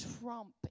trump